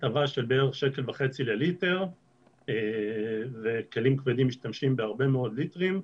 הטבה של בערך שקל וחצי לליטר וכלים כבדים משתמשים בהרבה מאוד ליטרים,